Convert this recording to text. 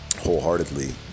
wholeheartedly